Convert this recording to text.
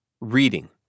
Reading